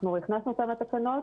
אנחנו הכנסנו אותם לתקנות